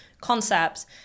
concepts